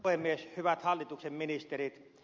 hyvät hallituksen ministerit